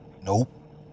Nope